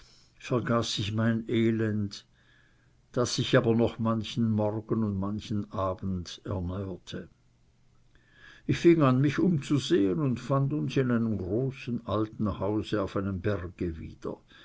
vergaß ich mein elend das sich aber noch manchen morgen und manchen abend erneuerte ich fing an mich umzusehen und fand uns in einem großen alten hause auf einem berge wieder